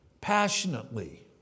passionately